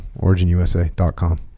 originusa.com